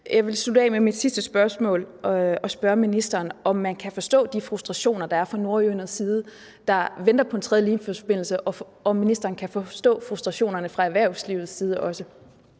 Jeg vil slutte af med mit sidste spørgsmål og spørge ministeren, om man kan forstå de frustrationer, der er fra nordjydernes side, som venter på en tredje Limfjordsforbindelse, og om ministeren kan forstå frustrationerne fra også erhvervslivets side.